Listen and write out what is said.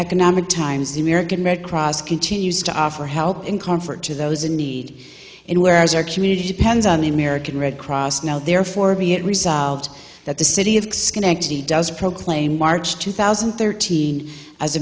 economic times the american red cross continues to offer help and comfort to those in need in whereas our community depends on the american red cross now therefore be it resolved that the city of schenectady does proclaim march two thousand and thirteen as